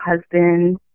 husband